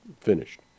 finished